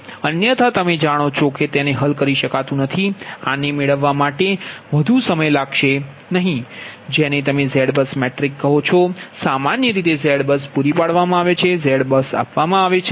અન્યથા તમે જાણો છો કે તે એક તેને હલ કરી શકતું નથી આને મેળવવા માટે વધુ સમય લાગશે નહીં જેને તમે Z બસ મેટ્રિક્સ કહો છો સામાન્ય રીતે Z પૂરી પાડવામાં આવે છે Z આપવામાં આવશે